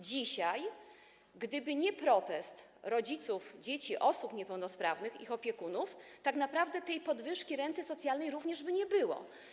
Dzisiaj, gdyby nie protest rodziców dzieci, osób niepełnosprawnych, ich opiekunów, tak naprawdę tej podwyżki renty socjalnej również by nie było.